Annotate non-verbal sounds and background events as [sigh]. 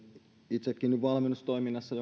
itsekin valmennustoiminnassa [unintelligible]